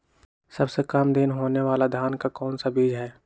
सबसे काम दिन होने वाला धान का कौन सा बीज हैँ?